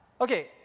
Okay